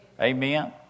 Amen